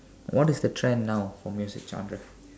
what is the trend now for music genres